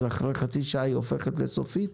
אז אחרי חצי שעה הרפורמה הופכת לסופית?